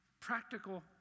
practical